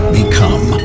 become